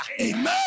Amen